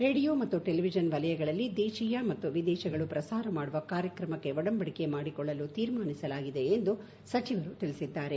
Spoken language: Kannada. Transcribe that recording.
ರೇಡಿಯೋ ಮತ್ತು ಟೆಲಿವಿಷನ್ ವಲಯಗಳಲ್ಲಿ ದೇಶೀಯ ಮತ್ತು ವಿದೇಶಗಳು ಪ್ರಸಾರ ಮಾಡುವ ಕಾರ್ಯಕ್ರಮಕ್ಕೆ ಒಡಂಬಡಿಕೆ ಮಾಡಿಕೊಳ್ಳಲು ತೀರ್ಮಾನಿಸಲಾಗಿದೆ ಎಂದು ಸಚಿವರು ತಿಳಿಸಿದ್ದಾರೆ